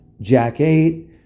jack-eight